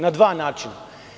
Na dva načina.